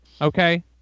okay